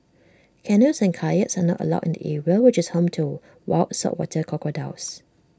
canoes and kayaks are not allowed in the area which is home to wild saltwater crocodiles